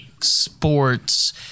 sports